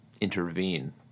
intervene